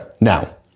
Now